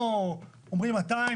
אומרים 200?